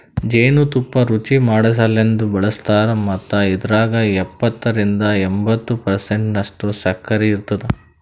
ಜೇನು ತುಪ್ಪ ರುಚಿಮಾಡಸಲೆಂದ್ ಬಳಸ್ತಾರ್ ಮತ್ತ ಇದ್ರಾಗ ಎಪ್ಪತ್ತರಿಂದ ಎಂಬತ್ತು ಪರ್ಸೆಂಟನಷ್ಟು ಸಕ್ಕರಿ ಇರ್ತುದ